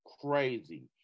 crazy